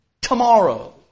tomorrow